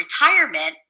retirement